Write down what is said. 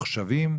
ממוחשבים,